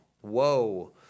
Whoa